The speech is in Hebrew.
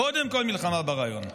קודם כול מלחמה ברעיון.